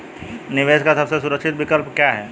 निवेश का सबसे सुरक्षित विकल्प क्या है?